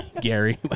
Gary